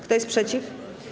Kto jest przeciw?